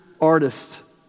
artist